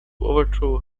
overthrow